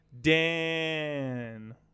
Dan